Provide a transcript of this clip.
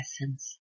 essence